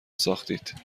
ساختید